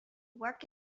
work